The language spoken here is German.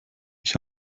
ich